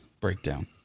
breakdown